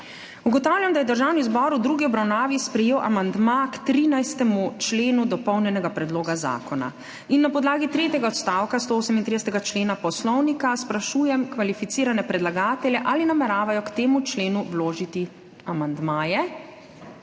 Ugotavljam, da je Državni zbor v drugi obravnavi sprejel amandma k 13. členu dopolnjenega predloga zakona in na podlagi tretjega odstavka 138. člena Poslovnika sprašujem kvalificirane predlagatelje, ali nameravajo k temu členu vložiti amandmaje?